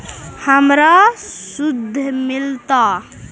हमरा शुद्ध मिलता?